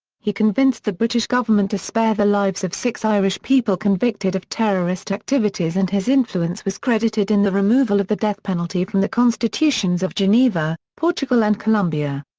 he convinced the british government to spare the lives of six irish people convicted of terrorist activities and his influence was credited in the removal of the death penalty from the constitutions of geneva, portugal and colombia.